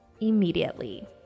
immediately